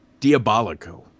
Diabolico